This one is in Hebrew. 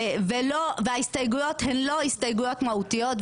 וההסתייגויות הן לא הסתייגויות מהותיות,